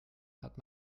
hat